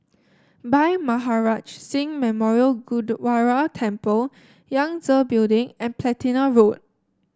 Bhai Maharaj Singh Memorial Gurdwara Temple Yangtze Building and Platina Road